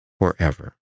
forever